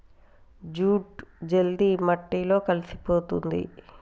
jute జల్ది మట్టిలో కలిసిపోతుంది